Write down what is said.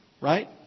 right